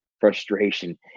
frustration